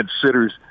considers